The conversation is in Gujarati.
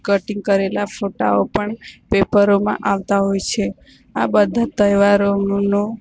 કટિંગ કરેલા ફોટાઓ પણ પેપરોમાં આવતા હોય છે આ બધા તહેવારોનો